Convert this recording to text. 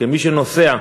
כמי שנוסע,